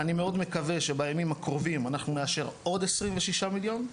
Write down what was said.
אני מאוד מקווה שבימים הקרובים אנחנו נאשר עוד עשרים ושישה מיליון.